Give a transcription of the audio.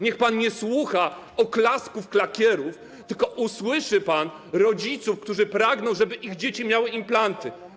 Niech pan nie słucha oklasków klakierów, tylko niech pan usłyszy rodziców, którzy pragną, żeby ich dzieci miały implanty.